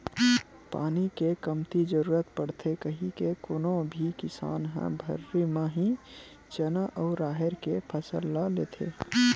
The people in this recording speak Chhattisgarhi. पानी के कमती जरुरत पड़थे कहिके कोनो भी किसान ह भर्री म ही चना अउ राहेर के फसल ल लेथे